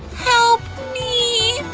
help me.